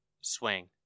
swing